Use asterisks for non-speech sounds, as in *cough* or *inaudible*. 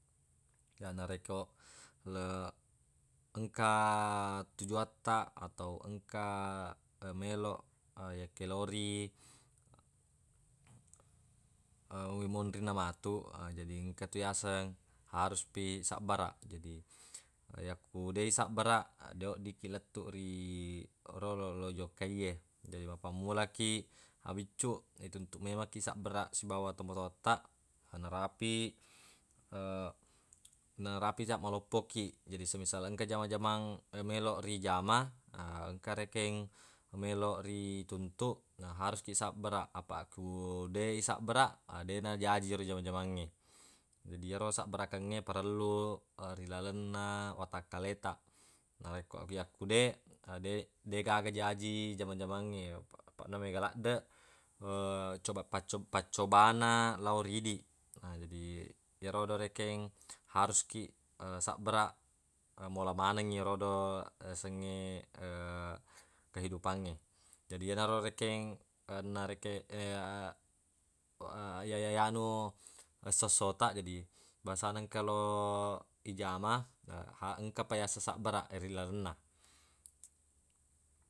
Ya narekko le- engka tujuatta atau engka e meloq yakkelori *hesitation* iwonrinna matu jadi engka tu yaseng harus pi sabbaraq. Jadi yakku deq isabbaraq de weddikkiq lettuq ri erodo lo ijokkaiye, jadi mappammulakiq abiccuq ituntuq memekkiq sabbaraq sibawa tomatowattaq anarapi *hesitation* narapi ria maloppo kiq. Jadi semisal engka jama-jamang meloq rijama *hesitation* engka rekeng meloq ri tuntuq na harus kiq sabbaraq apaq ku deq isabbaraq deq najaji yero jama-jamangnge. Jadi yero sabbarakengnge parellu rilalenna watakkaletaq akko yakku deq deggaga jaji jama-jamangnge apaq na mega laddeq *hesitation* coba- paccob- paccobana lao ri idiq. Na jadiyerodo rekeng haruskiq *hesitation* sabbaraq mola menengngi erodo yasengnge *hesitation* kehidupangnge. Jadi yenaro rekeng anunna rekeng *hesitation* ya- yanu essosso taq jadi bangsana engka lo ijama na engka pa yaseng sabbaraq ri lalenna.